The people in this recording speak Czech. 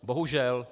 Bohužel.